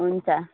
हुन्छ